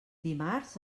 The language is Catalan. dimarts